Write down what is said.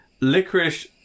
Licorice